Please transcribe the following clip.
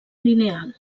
lineal